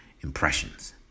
impressions